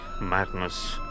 Madness